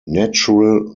natural